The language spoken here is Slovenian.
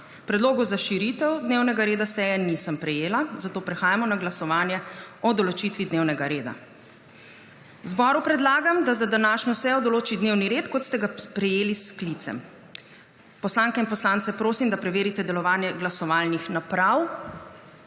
Predlogov za širitev dnevnega reda seje nisem prejela, zato prehajamo na glasovanje o določitvi dnevnega reda. Zboru predlagam, da za današnjo sejo določi dnevni red, kot ste ga prejeli s sklicem. Poslanke in poslance prosim, da preverijo delovanje glasovalnih naprav.